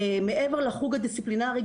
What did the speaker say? מעבר לחוג הדיסציפלינרי,